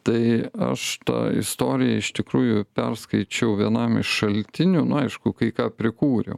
tai aš tą istoriją iš tikrųjų perskaičiau vienam iš šaltinių nu aišku kai ką prikūriau